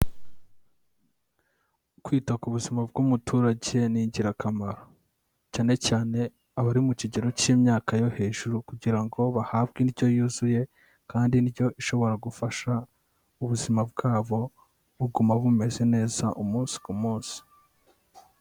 Kwita ku buzima bw'umuturage ni ingirakamaro, cyane cyane abari mu kigero cy'imyaka yo hejuru kugira ngo bahabwe indyo yuzuye kandi indyo ishobora gufasha ubuzima bwabo buguma bumeze neza umunsi ku munsi.